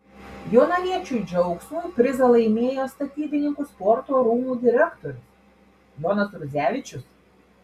jonaviečių džiaugsmui prizą laimėjo statybininkų sporto rūmų direktorius jonas rudzevičius